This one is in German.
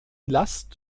last